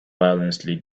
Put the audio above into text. violently